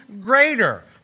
greater